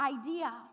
idea